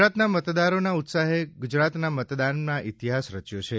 ગુજરાતના મતદારોના ઉત્સાહે ગુજરાતના મતદાનમાં ઇતિહાસ રચ્યો છે